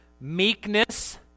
meekness